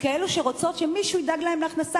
ככאלה שרוצות שמישהו ידאג להן להכנסה,